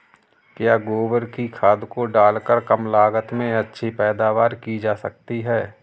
क्या गोबर की खाद को डालकर कम लागत में अच्छी पैदावारी की जा सकती है?